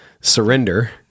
surrender